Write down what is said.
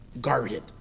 guarded